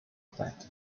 plant